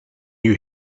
you